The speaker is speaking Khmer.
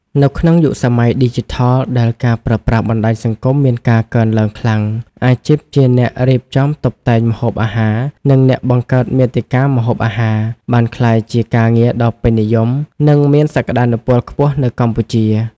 នៅក្នុងយុគសម័យឌីជីថលដែលការប្រើប្រាស់បណ្តាញសង្គមមានការកើនឡើងខ្លាំង អាជីពជាអ្នករៀបចំតុបតែងម្ហូបអាហារ និងអ្នកបង្កើតមាតិកាម្ហូបអាហារ បានក្លាយជាការងារដ៏ពេញនិយម និងមានសក្តានុពលខ្ពស់នៅកម្ពុជា។